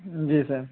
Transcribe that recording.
جی سر